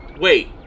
wait